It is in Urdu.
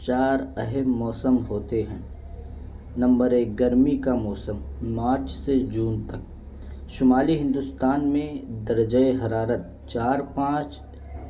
چار اہم موسم ہوتے ہیں نمبر ایک گرمی کا موسم مارچ سے جون تک شمالی ہندوستان میں درجۂ حرارت چار پانچ